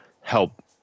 help